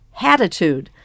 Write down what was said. hatitude